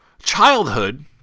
Childhood